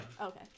Okay